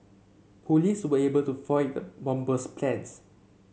police were able to foil the bomber's plans